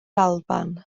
alban